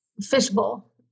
fishbowl